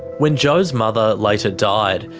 when jo's mother later died,